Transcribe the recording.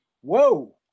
Whoa